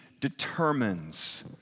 determines